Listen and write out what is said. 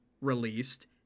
released